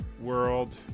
world